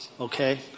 okay